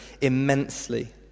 immensely